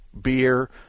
beer